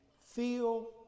feel